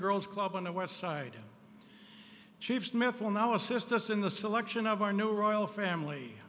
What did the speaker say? girls club on the west side chief smith will now assist us in the selection of our new royal family